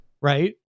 right